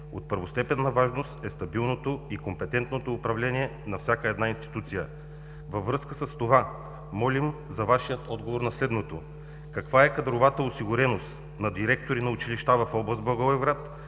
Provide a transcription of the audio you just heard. От първостепенна важност е стабилното и компетентното управление на всяка една институция. Във връзка с това молим за Вашия отговор на следното: каква е кадровата осигуреност на директори на училища в област Благоевград,